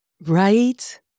Right